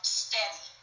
steady